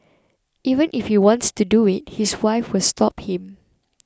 even if he wants to do it his wife will stop him